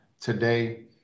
today